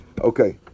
Okay